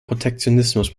protektionismus